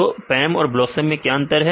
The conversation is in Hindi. तो PAM और BLOSUM में क्या अंतर है